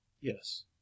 Yes